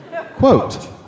Quote